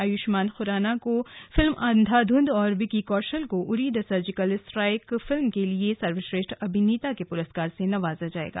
आयुष्मान खुराना को फिल्म अंधाधुन और विक्की कौशल को Uri the surgical strike film के लिए सर्वश्रेष्ठ अभिनेता के पुरस्कार से नवाजा जाएगा